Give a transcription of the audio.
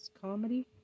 comedy